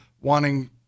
wanting